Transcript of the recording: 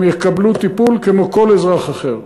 והם יקבלו טיפול כמו כל אזרח אחר,